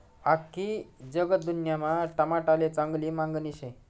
आख्खी जगदुन्यामा टमाटाले चांगली मांगनी शे